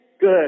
good